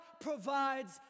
provides